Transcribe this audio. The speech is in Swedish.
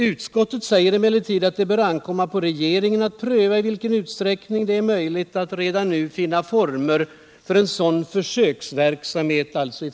Utskottet säger emellertid att det bör ankomma på regeringen att pröva i vilken utsträckning det är möjligt att redan nu finna former för en sådan försöksverksamhet.